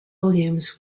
volumes